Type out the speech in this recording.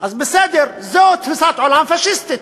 אז בסדר, זו תפיסת עולם פאשיסטית,